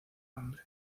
nombre